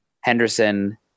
Henderson